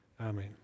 Amen